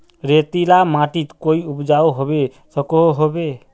रेतीला माटित कोई उपजाऊ होबे सकोहो होबे?